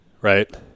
Right